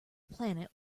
planet